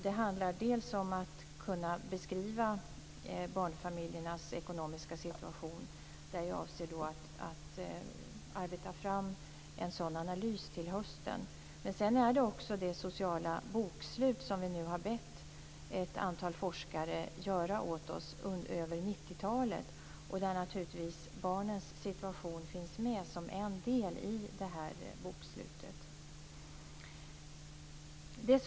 Det handlar om att kunna beskriva barnfamiljernas ekonomiska situation. Jag avser där att arbeta fram en sådan analys till hösten. Det gäller också det sociala bokslut över 90-talet som vi nu har bett ett antal forskare göra åt oss. Där finns naturligtvis barnens situation med som en del i det bokslutet.